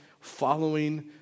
following